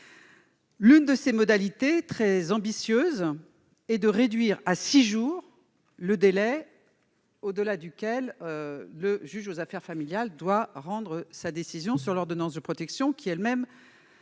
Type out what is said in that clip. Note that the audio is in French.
L'une d'elles, très ambitieuse, est de réduire à six jours le délai au-delà duquel le juge aux affaires familiales doit rendre sa décision sur l'ordonnance de protection, celle-ci statuant